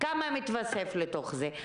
כמה מתווסף לתוך זה?